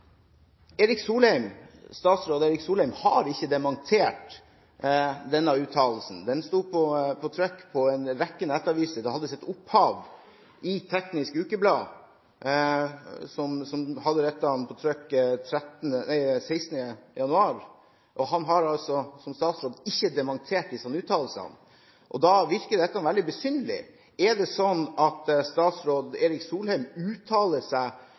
Statsråd Erik Solheim har ikke dementert denne uttalelsen. Den sto på trykk i en rekke nettaviser. Den hadde sitt opphav i Teknisk Ukeblad, som hadde dette på trykk 16. januar. Han har altså som statsråd ikke dementert disse uttalelsene. Da virker dette veldig besynderlig. Er det sånn at statsråd Erik Solheim uttaler seg på fritt grunnlag, uten å ha regjeringen bak seg, eller er det regjeringens syn han uttaler seg